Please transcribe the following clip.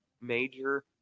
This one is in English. major